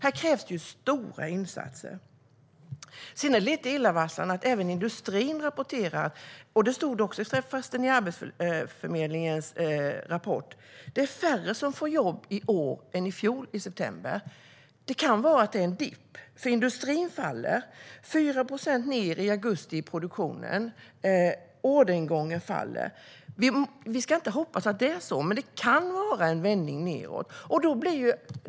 Här krävs det stora insatser. Sedan är det lite illavarslande att även industrin har rapporterat att det är färre som får jobb i år än i fjol i september. Det stod också i Arbetsförmedlingens rapport. Det kan vara en dipp. Siffrorna för industrin faller. Produktionen har gått ned med 4 procent i augusti, och orderingången faller. Vi ska inte hoppas att det är så, men det kan vara en vändning nedåt.